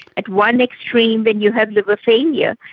at one extreme then you have liver failure,